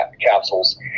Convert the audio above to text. capsules